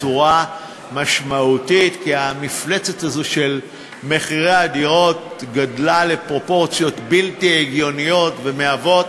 כי המפלצת הזאת של מחירי הדירות גדלה לפרופורציות בלתי הגיוניות המהוות